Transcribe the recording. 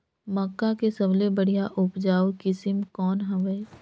मक्का के सबले बढ़िया उपजाऊ किसम कौन हवय?